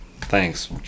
Thanks